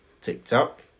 TikTok